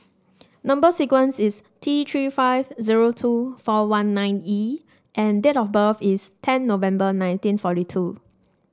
number sequence is T Three five zero two four one nine E and date of birth is ten November nineteen forty two